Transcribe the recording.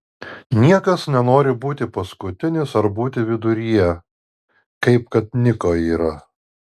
niekas nenori būti paskutinis ar būti viduryje kaip kad niko yra